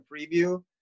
preview